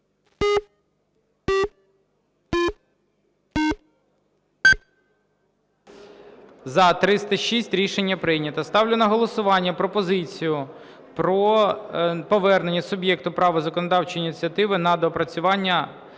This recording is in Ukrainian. За-306 Рішення прийнято. Ставлю на голосування пропозицію про повернення суб'єкту права законодавчої ініціативи на доопрацювання